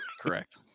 Correct